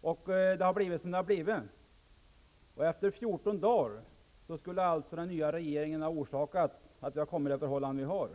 och det har blivit som det har blivit. Efter 14 dagar skulle alltså den nya regeringen ha orsakat rådande förhållanden.